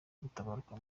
gutabaruka